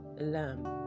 lamb